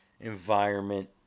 environment